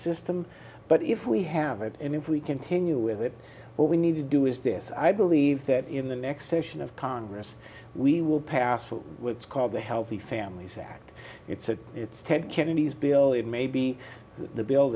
system but if we have it and if we continue with it what we need to do is this i believe that in the next session of congress we will pass what was called the healthy families act it's a it's ted kennedy's bill it may be the bill